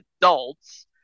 adults